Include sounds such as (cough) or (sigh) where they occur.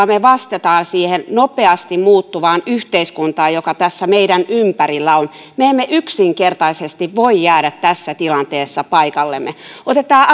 (unintelligible) me vastaamme siihen nopeasti muuttuvaan yhteiskuntaan joka tässä meidän ympärillämme on me emme yksinkertaisesti voi jäädä tässä tilanteessa paikallemme otetaan (unintelligible)